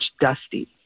dusty